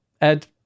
Ed